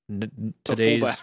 today's